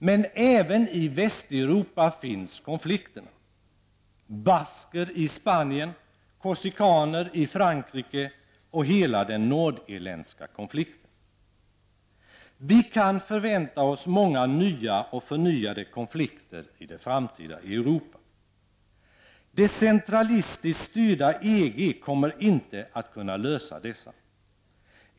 Men även i Västeuropa finns konflikterna: basker i Spanien, korsikaner i Frankrike och hela den nordirländska konflikten. Vi kan förvänta oss många nya och förnyade konflikter i det framtida Europa. Det centralistiskt styrda EG kommer inte att kunna lösa dessa.